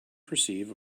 perceive